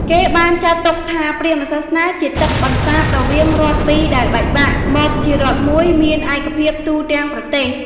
គេបានចាត់ទុកថា ព្រាហ្មណ៍សាសនាជាទឹកបន្សាបរវាងរដ្ឋពីរដែលបែកបាក់ មកជារដ្ឋមួយមានឯកភាពទូទាំងប្រទេស។